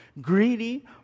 greedy